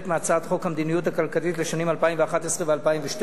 מהצעת חוק המדיניות הכלכלית לשנים 2011 ו-2012.